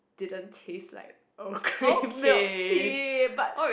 didn't taste like a Korean milk tea but